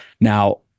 Now